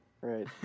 Right